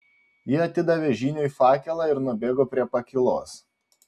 ji atidavė žyniui fakelą ir nubėgo prie pakylos